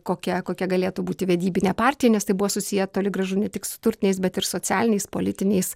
kokia kokia galėtų būti vedybinė partija nes tai buvo susiję toli gražu ne tik su turtiniais bet ir socialiniais politiniais